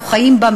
אנו חיים בה,